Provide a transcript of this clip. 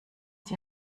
die